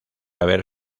haber